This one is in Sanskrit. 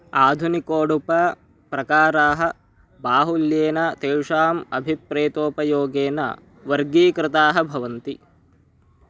आधुनिकोढुपा प्रकाराः बाहुल्येन तेषाम् अभिप्रेतोपयोगेन वर्गीकृताः भवन्ति